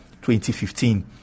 2015